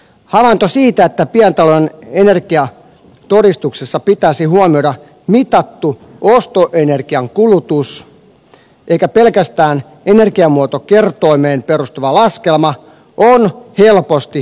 havainto siitä että pientalon energiatodistuksessa pitäisi huomioida mitattu ostoenergian kulutus eikä pelkästään energiamuotokertoimeen perustuva laskelma on helposti hyväksyttävissä